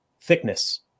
thickness